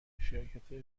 شرکتای